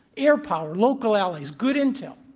air power, local allies, good intel,